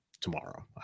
tomorrow